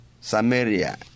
Samaria